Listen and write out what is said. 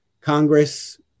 Congress